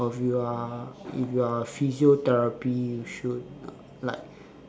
or if you are if you are a physiotherapy you should like